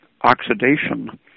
oxidation